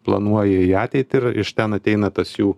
planuoji į ateitį ir iš ten ateina tas jų